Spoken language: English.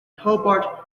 hobart